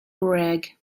greg